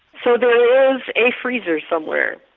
so there is a freezer somewhere.